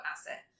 asset